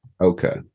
Okay